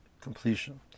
completion